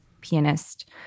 pianist